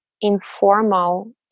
informal